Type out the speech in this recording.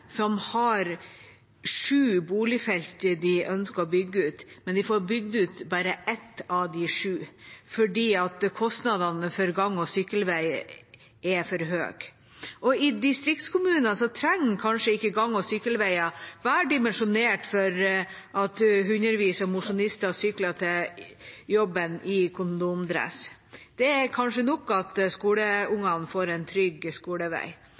som har sju boligfelt de ønsker å bygge ut, men de får bygd ut bare ett av de sju fordi kostnadene for gang- og sykkelvei er for høye. I distriktskommuner trenger kanskje ikke gang- og sykkelveier være dimensjonert for at hundrevis av mosjonister sykler til jobben i kondomdress. Det er kanskje nok at skoleungene får en trygg skolevei.